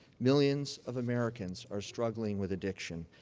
millions of americans are struggling with addiction.